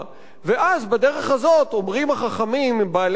אומרים החכמים בעלי התוכניות ההזויות למיניהם,